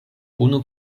unu